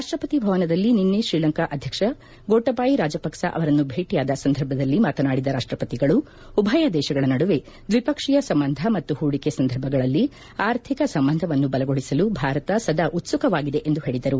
ರಾಷ್ಟಪತಿ ಭವನದಲ್ಲಿ ನಿನ್ನೆ ಶ್ರೀಲಂಕಾ ಅಧ್ಯಕ್ಷ ಗೋಟಬಾಯಿ ರಾಜಪಕ್ಷ ಅವರನ್ನು ಭೇಟಿಯಾದ ಸಂದರ್ಭದಲ್ಲಿ ಮಾತನಾಡಿದ ರಾಷ್ಟಪತಿಗಳು ಉಭಯ ದೇಶಗಳ ನಡುವೆ ದ್ವಿಪಕ್ಷೀಯ ಸಂಬಂಧ ಮತ್ತು ಹೂಡಿಕೆ ಸಂದರ್ಭಗಳಲ್ಲಿ ಅರ್ಥಿಕ ಸಂಬಂಧವನ್ನು ಬಲಗೊಳಿಸಲು ಭಾರತ ಸದಾ ಉತ್ಸುಕವಾಗಿದೆ ಎಂದು ಹೇಳಿದರು